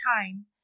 time